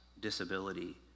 disability